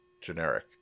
generic